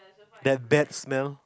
that bad smell